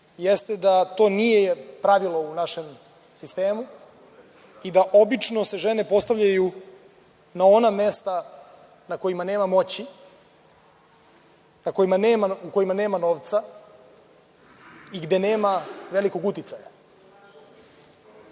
jeste da to nije pravilo u našem sistemu i da se obično žene postavljaju na ona mesta na kojima nema moći, u kojima nema novca i gde nema velikog